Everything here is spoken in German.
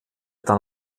dann